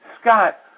Scott